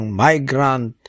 migrant